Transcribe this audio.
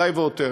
די והותר.